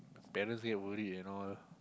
parents they are worried you know